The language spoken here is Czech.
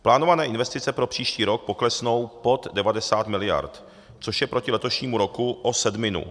Plánované investice pro příští rok poklesnou pod 90 miliard, což je proti letošnímu roku o sedminu.